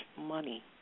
money